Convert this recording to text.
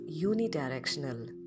unidirectional